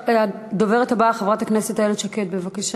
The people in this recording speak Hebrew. הדוברת הבאה, חברת הכנסת איילת שקד, בבקשה.